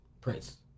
Prince